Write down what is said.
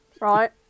Right